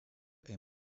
est